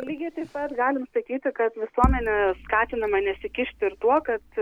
lygiai taip pat galim sakyti kad visuomenė skatinama nesikišti ir tuo kad